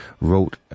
wrote